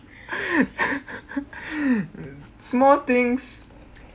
small things